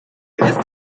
ist